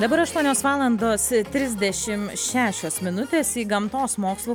dabar aštuonios valandos trisdešim šešios minutės į gamtos mokslų